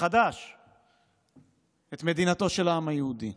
מחדש את מדינתו של העם היהודי.